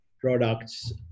products